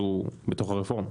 הוא בתוך הרפורמה.